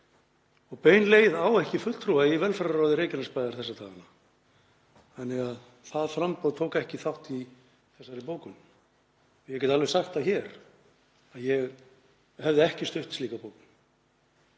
Bein leið á ekki fulltrúa í velferðarráði Reykjanesbæjar þessa dagana þannig að það framboð tók ekki þátt í þessari bókun. Ég get alveg sagt það hér að ég hefði ekki stutt slíka bókun,